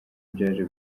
byaje